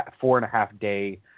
four-and-a-half-day